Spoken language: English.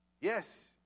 Yes